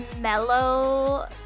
mellow